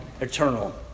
eternal